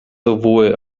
sowohl